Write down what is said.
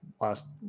last